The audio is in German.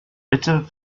bitte